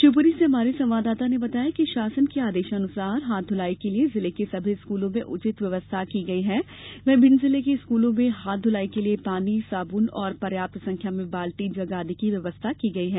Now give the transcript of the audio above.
शिवपुरी से हमारे संवाददाता ने बताया है कि शासन के आदेशानुसार हाथ धुलाई के लिए जिले के सभी स्कूलों में उचित व्यवस्था की गई है वहीं भिंड जिले के स्कूलों में हाथ धूलाई के लिए पानी साबून तथा पर्याप्त संख्या में बाल्टी जग आदि की व्यवस्था की गई है